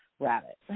rabbit